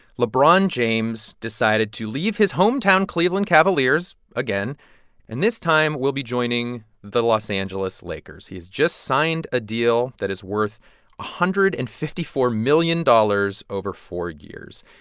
lebron james decided to leave his hometown cleveland cavaliers again and this time will be joining the los angeles lakers. he's just signed a deal that is worth one hundred and fifty four million dollars over four years.